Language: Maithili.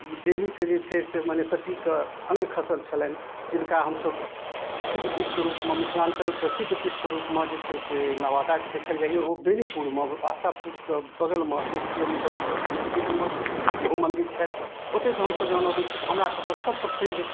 देवीके जे छै से माने सतीके अङ्ग खसल छलनि जिनका हमसब सिद्धपीठके रूपमे मिथिलाञ्चलके सिद्धपीठके रूपमे जे छै से नवादाके देखल जाइए ओ बेनीपुरमे आशापुरके बगलमे एक किलोमीटरके इर्दगिर्दमे ओहो मन्दिर छथि ओतऽसँ हमसब जहन अबै छी तऽ हमरासबके सबसँ पैघ